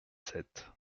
sept